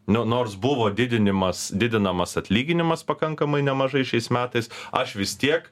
nu nors buvo didinimas didinamas atlyginimas pakankamai nemažai šiais metais aš vis tiek